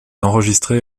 enregistré